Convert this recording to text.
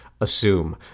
assume